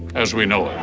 as we know it.